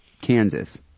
Kansas